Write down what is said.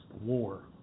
war